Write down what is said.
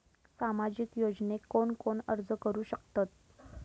सामाजिक योजनेक कोण कोण अर्ज करू शकतत?